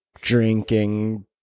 drinking